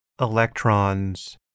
electrons